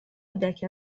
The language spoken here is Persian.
کودک